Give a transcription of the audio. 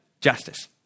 justice